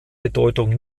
bedeutung